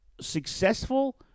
successful